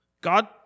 God